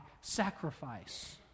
sacrifice